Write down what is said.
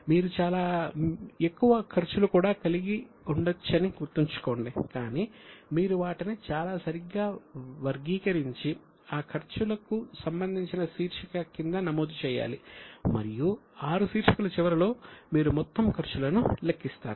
మీరు చాలా ఎక్కువ ఖర్చులు కూడా కలిగి ఉండవచ్చని గుర్తుంచుకోండి కానీ మీరు వాటిని చాలా సరిగ్గా వర్గీకరించి ఆ ఖర్చులకు సంబంధించిన శీర్షిక కింద నమోదు చేయాలి మరియు ఆరు శీర్షికల చివరలో మీరు మొత్తం ఖర్చులను లెక్కిస్తారు